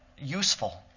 useful